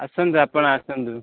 ଆସନ୍ତୁ ଆପଣ ଆସନ୍ତୁ